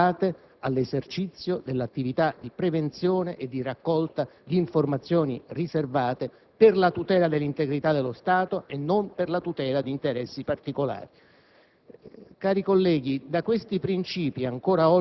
delle regole finalizzate all'esercizio dell'attività di prevenzione e raccolta di informazioni riservate per la tutela dell'integrità dello Stato e non di interessi particolari.